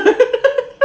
really ah